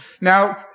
Now